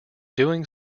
doing